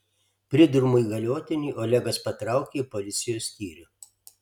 pridurmu įgaliotiniui olegas patraukė į policijos skyrių